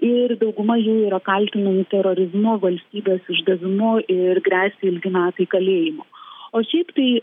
ir dauguma jų yra kaltinami terorizmu valstybės išdavimu ir gresia ilgi metai kalėjimo o šiaip tai